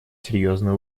серьезную